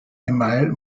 einmal